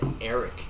Eric